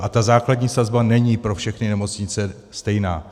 A ta základní sazba není pro všechny nemocnice stejná.